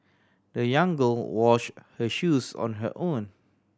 the young girl wash her shoes on her own